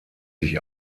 sich